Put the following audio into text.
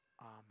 amen